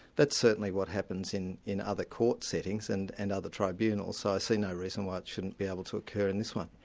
that's certainly what happens in in other court settings, and and other tribunals, so i see no reason why it shouldn't be able to occur in this one.